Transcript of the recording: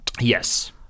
Yes